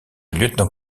lieutenant